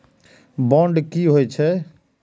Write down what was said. Bond की होई छै?